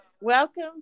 welcome